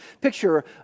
Picture